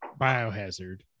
Biohazard